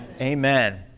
Amen